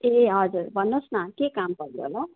ए हजुर भन्नुहोस् न के काम पर्यो होला